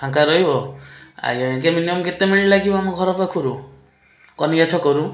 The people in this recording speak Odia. ଫାଙ୍କାରହିବ ଆଜ୍ଞା ଏ ଯେ ମିନିମମ କେତେ ମିନିଟ୍ ଲାଗିବ ଆମ ଘର ପାଖରୁ କନିକା ଛକରୁ